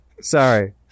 Sorry